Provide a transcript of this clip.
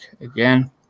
again